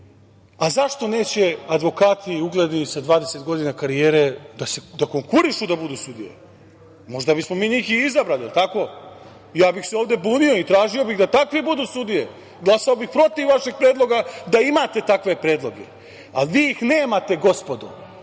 neće advokati sa 20 godina karijere da konkurišu da budu sudije? Možda bismo mi njih i izabrali, da li je tako? Ja bih se ovde bunio i tražio da takvi budu sudije, glasao bih protiv vaših predloga da imate takve predloge, ali vi ih nemate, gospodo,